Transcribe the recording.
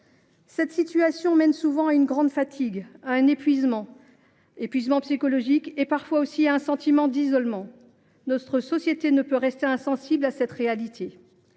Cette situation suscite souvent une grande fatigue, un épuisement psychologique et, parfois, un sentiment d’isolement. Notre société ne peut rester insensible face à cette réalité.